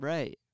Right